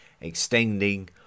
extending